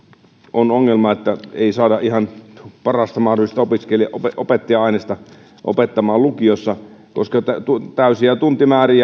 on se ongelma että ei saada ihan parasta mahdollista opettaja ainesta opettamaan lukiossa koska täydet tuntimäärät